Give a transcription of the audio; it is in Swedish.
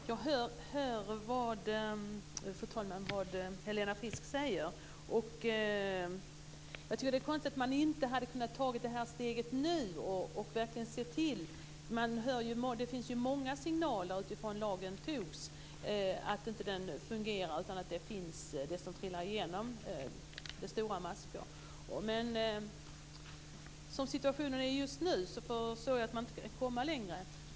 Fru talman! Jag hör vad Helena Frisk säger. Jag tycker att det är konstigt att man inte har kunnat ta det här steget nu och verkligen se till att det sker. Det har ju funnits många signaler sedan lagen togs på att den inte fungerar. Det finns det som trillar igenom, och det är stora maskor. Som situationen är just nu förstår jag att man inte kan komma längre.